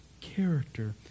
character